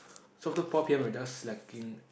so after four p_m we're just slacking